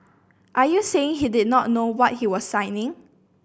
are you saying he did not know what he was signing